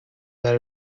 that